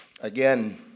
again